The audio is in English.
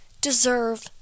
deserve